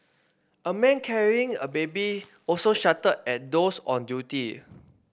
a man carrying a baby also shouted at those on duty